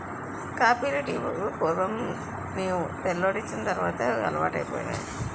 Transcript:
కాపీలు టీలు పూర్వం నేవు తెల్లోడొచ్చిన తర్వాతే ఇవి అలవాటైపోనాయి